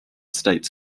states